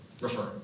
refer